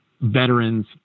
veterans